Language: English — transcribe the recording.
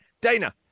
Dana